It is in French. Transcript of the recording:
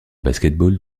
basketball